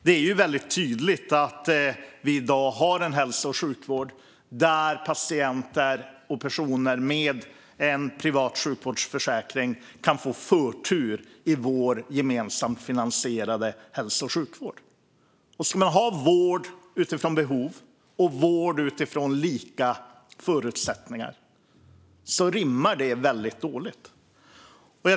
Det är väldigt tydligt att vi i dag har en hälso och sjukvård där patienter och personer med en privat sjukvårdsförsäkring kan få förtur i vår gemensamt finansierade hälso och sjukvård. Ska man ha vård utifrån behov och vård utifrån lika förutsättningar rimmar det väldigt dåligt.